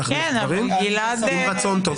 להחליף דברים וזה נעשה עם רצון טוב.